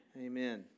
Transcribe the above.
Amen